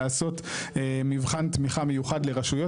לעשות מבחן תמיכה מיוחד לרשויות,